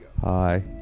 Hi